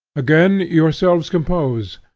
again yourselves compose,